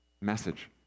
message